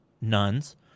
nuns